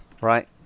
right